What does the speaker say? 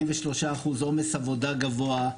43% עומס עבודה גבוה.